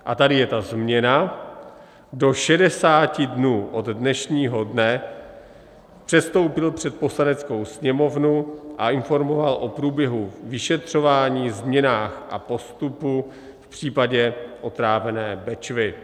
a tady je ta změna do 60 dnů od dnešního dne předstoupil před Poslaneckou sněmovnu a informoval o průběhu vyšetřování, změnách a postupu v případě otrávené Bečvy,